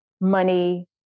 money